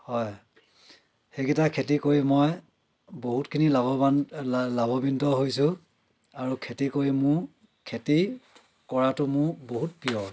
হয় সেইগিটাই খেতি কৰি মই বহুতখিনি লাভৱান লাভৱান্বিত হৈছোঁ আৰু খেতি কৰি মোৰ খেতি কৰাতো মোৰ বহুত প্ৰিয়